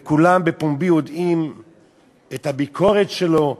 וכולם יודעים, בפומבי, את הביקורת שלו,